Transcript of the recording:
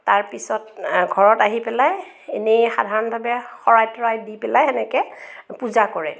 তাৰপিছত ঘৰত আহি পেলাই এনেই সধাৰণভাৱে শৰাই তৰাই দি পেলাই সেনেকৈ পূজা কৰে